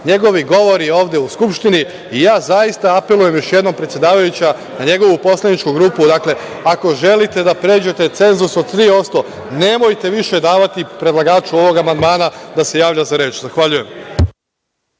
njegovi govori ovde u Skupštini, i ja zaista apelujemo još jednom predsedavajuća na njegovu poslaničku grupu, dakle, ako želite da pređete cenzus od 3%, nemojte više davati predlagaču ovog amandmana da se javlja za reč. Zahvaljujem.